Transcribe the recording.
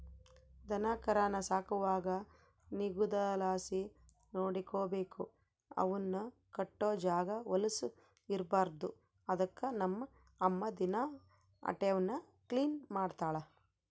ದನಕರಾನ ಸಾಕುವಾಗ ನಿಗುದಲಾಸಿ ನೋಡಿಕಬೇಕು, ಅವುನ್ ಕಟ್ಟೋ ಜಾಗ ವಲುಸ್ ಇರ್ಬಾರ್ದು ಅದುಕ್ಕ ನಮ್ ಅಮ್ಮ ದಿನಾ ಅಟೇವ್ನ ಕ್ಲೀನ್ ಮಾಡ್ತಳ